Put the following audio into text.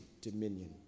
dominion